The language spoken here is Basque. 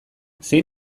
zein